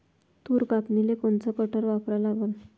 तूर कापनीले कोनचं कटर वापरा लागन?